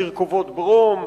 "תרכובות ברום"